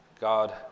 God